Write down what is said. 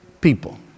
people